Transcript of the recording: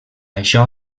això